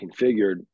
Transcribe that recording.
configured